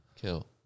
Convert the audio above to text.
Kill